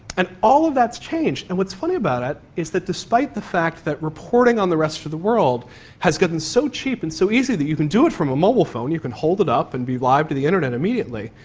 and all of that has changed. and what's funny about it is that despite the fact that reporting on the rest of the world has gotten so cheap and so easy that you can do it from a mobile phone, you can hold it up and be live to the internet immediately,